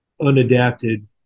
unadapted